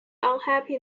unhappy